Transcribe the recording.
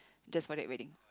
just for that wedding